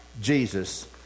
Jesus